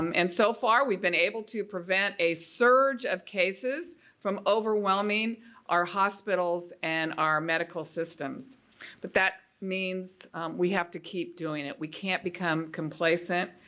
um and so far we've been able to prevent a surge of cases from overwhelming our hospitals and our medical systems but that means we have to keep doing it we can't become complacent.